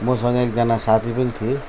मसँग एकजना साथी पनि थिए